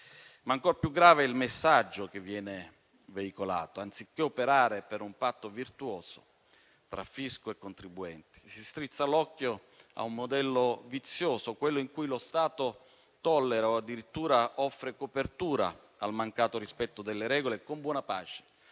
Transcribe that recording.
ma ancor più grave è il messaggio che viene veicolato: anziché operare per un patto virtuoso tra fisco e contribuenti, si strizza l'occhio a un modello vizioso, quello in cui lo Stato tollera o addirittura offre copertura al mancato rispetto delle regole, con buona pace